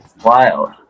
wild